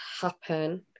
happen